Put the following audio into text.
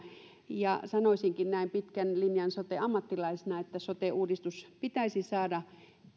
sanoisinkin näin pitkän linjan sote ammattilaisena että sote uudistus pitäisi saada